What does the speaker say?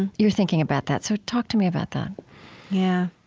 and your thinking about that. so talk to me about that yeah.